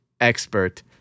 expert